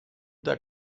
der